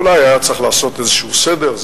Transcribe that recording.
אולי היה צריך לעשות איזשהו סדר,